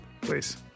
Please